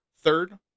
Third